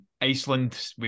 Iceland